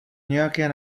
nějaké